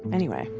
anyway?